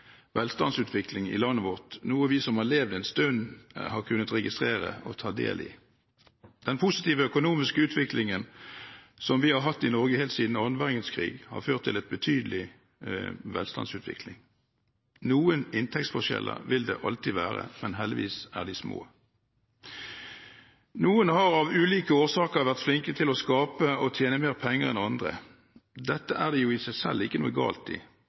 velstandsutvikling i landet vårt, noe vi som har levd en stund, har kunnet registrere og ta del i. Den positive økonomiske utviklingen som vi har hatt i Norge helt siden annen verdenskrig, har ført til en betydelig velstandsutvikling. Noen inntektsforskjeller vil det alltid være, men heldigvis er de små. Noen har av ulike årsaker vært flinke til å skape og tjene mer penger enn andre. Dette er det jo i seg selv ikke noe galt i.